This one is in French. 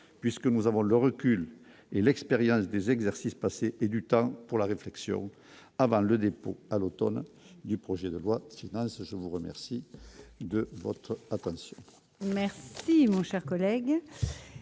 puisque nous avons le recul et l'expérience des exercices passés et du temps pour la réflexion, avant le dépôt à l'Automne, du projet de loi finance je vous remercie de votre attention.